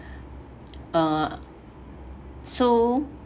uh so